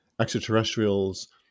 extraterrestrials